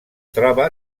troba